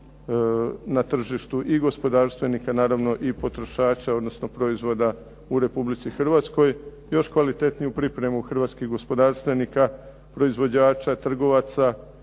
na tržištu i gospodarstvenika, naravno i potrošača, odnosno proizvoda u Republici Hrvatskoj. Još kvalitetniju pripremu hrvatskih gospodarstvenika, proizvođača, trgovaca,